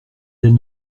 elles